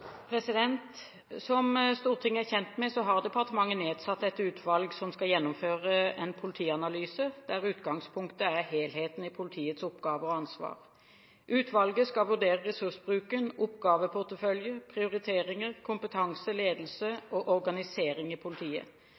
Som Stortinget er kjent med, har departementet nedsatt et utvalg som skal gjennomføre en politianalyse, der utgangspunktet er helheten i politiets oppgaver og ansvar. Utvalget skal vurdere ressursbruken, oppgaveportefølje, prioriteringer, kompetanse, ledelse og organisering i politiet.